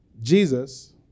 Jesus